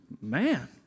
man